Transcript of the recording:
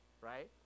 right